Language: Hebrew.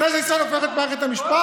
כנסת ישראל הופכת להיות מערכת המשפט?